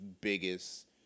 biggest